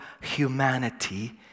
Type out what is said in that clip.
humanity